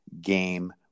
game